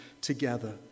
together